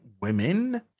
women